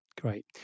Great